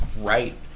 right